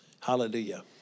Hallelujah